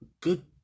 Good